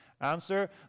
Answer